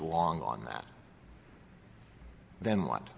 wrong on that then what